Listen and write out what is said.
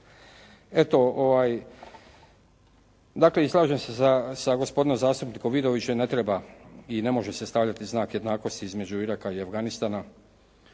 Eto, dakle i slažem se sa gospodinom zastupnikom Vidovićem, ne treba i ne može se stavljati znak jednakosti između Iraka i Afganistana